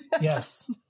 Yes